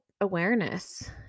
awareness